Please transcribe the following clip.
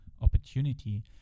opportunity